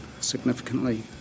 significantly